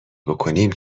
بکنیم